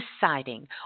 deciding